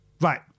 Right